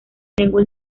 lengua